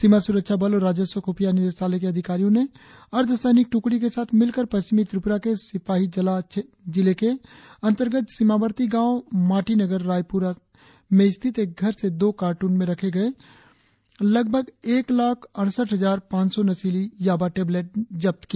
सीमा सुरक्षा बल और राजस्व खुफिया निदेशालय के अधिकारियों ने अर्ध सैनिक टुकड़ी के साथ मिलकर पश्चिमी त्रिपुरा के सिपाहीजला जिले के अंतर्गत सीमावर्ती गांव माटीनगर रायमुरा में स्थित एक घर से दो कार्टन में रखे गए लगभग एक लाख अड़सठ हजार पांच सौ नशीली याबा टेबलेट जबात की